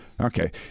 Okay